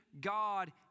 God